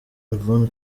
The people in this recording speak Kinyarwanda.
yvonne